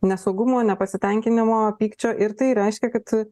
nesaugumo nepasitenkinimo pykčio ir tai reiškia kad